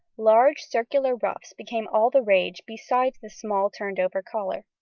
large circular ruffs became all the rage besides the small turned-over collar.